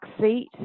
seat